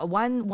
one